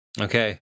okay